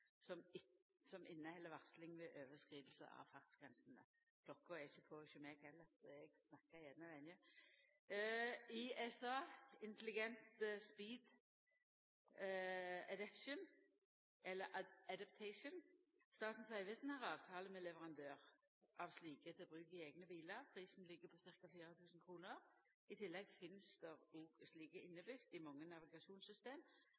som inneheld varsling ved overskriding av fartsgrensene – klokka er ikkje på hos meg heller, president, så eg snakkar gjerne lenge – ISA, Intelligent Speed Adaptation. Statens vegvesen har avtale med leverandør av slike til bruk i eigne bilar. Prisen ligg på ca. 4 000 kr. I tillegg finst